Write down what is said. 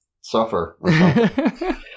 suffer